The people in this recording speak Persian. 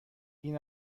این